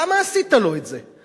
למה עשית לו את זה?